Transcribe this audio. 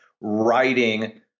writing